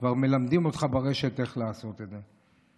כבר מלמדים אותך ברשת איך לעשות את זה.